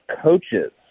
coaches